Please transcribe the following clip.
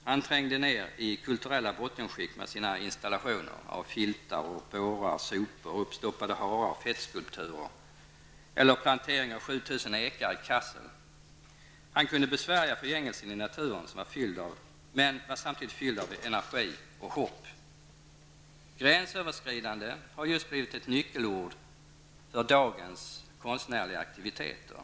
Han trängde ned i kulturella bottenskikt med sina installationer av filtar, bårar, sopor, uppstoppade harar, fettskulpturer och plantering av 7 000 ekar i Kassel. Han kunde besvärja förgängelsen i naturen men var samtidigt fylld av energi och hopp. Gränsöverskridande har just blivit ett nyckelord för dagens konstnärliga aktiviteter.